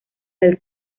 del